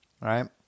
right